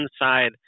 inside